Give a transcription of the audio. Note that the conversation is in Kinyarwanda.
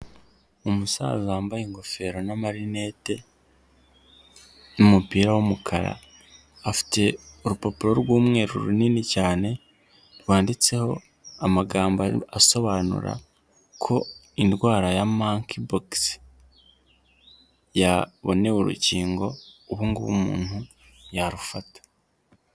Umusaza wambaye ingofero n'amarinete n'umupira w'umukara afite urupapuro rw'umweru runini cyane rwanditseho amagambo asobanura ko indwara ya makibogisi yabonewe urukingo ubu ngubu umuntu yarufata.